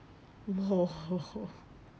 !whoa!